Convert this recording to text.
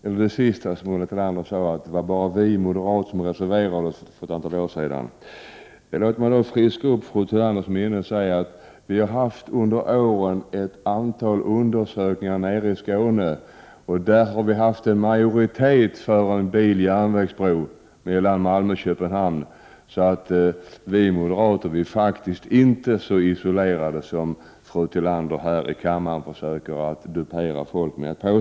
Ulla Tillander sade bl.a. att det bara var vi moderater som reserverade oss för ett antal år sedan. Låt mig friska upp fru Tillanders minne genom att säga att man under årens lopp har gjort ett antal undersökningar i Skåne. Där har då funnits en majoritet för en biloch järnvägsbro mellan Malmö och Köpenhamn. Vi moderater är faktiskt inte så isolerade som fru Tillander här i kammaren genom att påstå detta försöker dupera folk att tro.